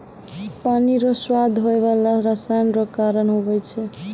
पानी रो स्वाद होय बाला रसायन रो कारण हुवै छै